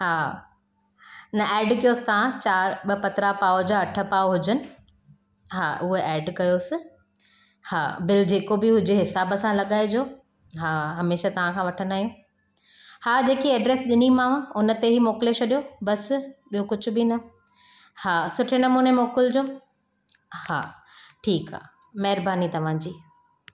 हा न एड कयोसि तव्हां चारि ॿ पतरा पाव जा अठ पाव हुजनि हा उहे एड कयोसि हा बिल जेको बि हुजे हिसाब सां लॻाइजो हा हमेशह तव्हां खां वठंदा आहियूं हा जेकी एड्रेस ॾिनीमांव उनते ई मोकिले छॾियो बसि ॿियो कुझु बि न हा सुठे नमूने मोकिलिजो हा ठीकु आहे महिरबानी तव्हांजी